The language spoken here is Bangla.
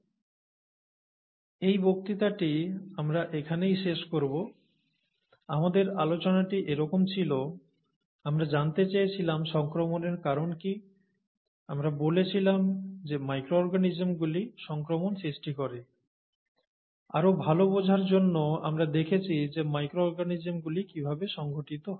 এই বক্তৃতাটি আমরা এখানেই শেষ করব আমাদের আলোচনাটি এরকম ছিল আমরা জানতে চেয়েছিলাম সংক্রমণের কারণ কী আমরা বলেছিলাম যে মাইক্রো অরগানিজমগুলি সংক্রমণ সৃষ্টি করে আরও ভাল বোঝার জন্য আমরা দেখেছি যে মাইক্রো অরগানিজমগুলি কীভাবে সংগঠিত হয়